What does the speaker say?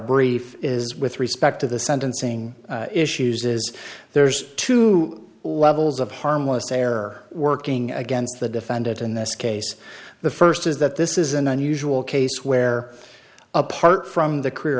brief is with respect to the sentencing issues is there's two levels of harmless they are working against the defendant in this case the first is that this is an unusual case where apart from the career